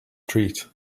treat